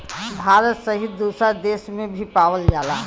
भारत सहित दुसर देस में भी पावल जाला